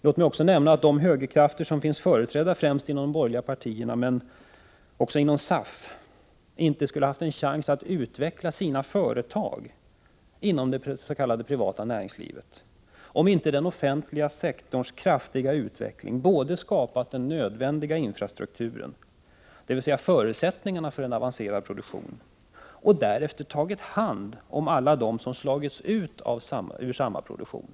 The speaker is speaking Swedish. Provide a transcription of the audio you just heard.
Låt mig också nämna att de högerkrafter som finns företrädda, främst inom de borgerliga partierna, men också inom SAF, inte skulle ha haft en chans att utveckla sina företag inom dets.k. privata näringslivet, om inte den offentliga sektorns kraftiga utveckling både skapat den nödvändiga infrastrukturen, dvs. förutsättningarna för en avancerad produktion, och därefter tagit hand om alla dem som slagits ut ur samma produktion.